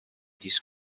this